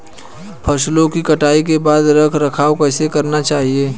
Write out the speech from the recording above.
फसलों की कटाई के बाद रख रखाव कैसे करना चाहिये?